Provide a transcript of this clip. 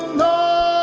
no